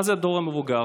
מה זה הדור המבוגר?